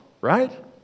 right